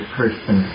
person